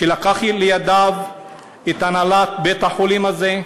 שלקח לידיו את הנהלת בית-החולים הזה,